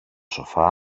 σοφά